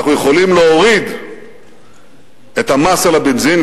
אנחנו יכולים להוריד את המס על הבנזין,